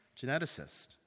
geneticist